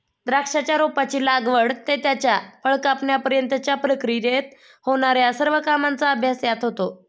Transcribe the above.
द्राक्षाच्या रोपाची लागवड ते त्याचे फळ कापण्यापर्यंतच्या प्रक्रियेत होणार्या सर्व कामांचा अभ्यास यात होतो